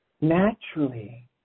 naturally